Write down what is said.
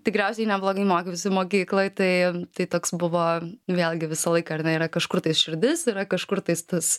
tikriausiai neblogai mokiausi mokykloj tai tai toks buvo vėlgi visą laiką ar ne yra kažkur tais širdis yra kažkur tais tas